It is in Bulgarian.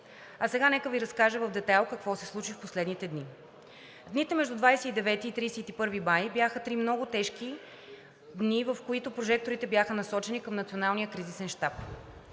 А сега нека Ви разкажа в детайл какво се случи в последните дни. Дните между 29 и 31 май бяха три много тежки дни, в които прожекторите бяха насочени към Националния кризисен щаб.